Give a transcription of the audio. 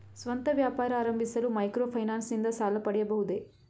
ಸ್ವಂತ ವ್ಯಾಪಾರ ಆರಂಭಿಸಲು ಮೈಕ್ರೋ ಫೈನಾನ್ಸ್ ಇಂದ ಸಾಲ ಪಡೆಯಬಹುದೇ?